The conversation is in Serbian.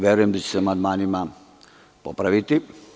Verujem da će se amandmanima popraviti.